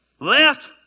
Left